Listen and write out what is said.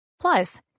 Plus